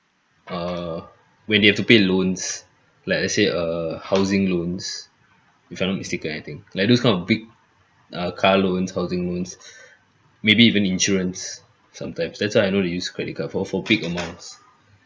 err when they have to pay loans like uh say err housing loans if I'm not mistaken I think like those kind of big uh car loans housing loans maybe even insurance sometimes that's why I know they use credit card for for big amounts